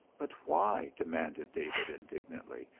but why? demanded david indignantly.